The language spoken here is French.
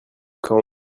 quand